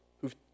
who've